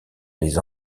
les